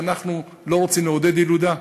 שאנחנו לא רוצים לעודד ילודה?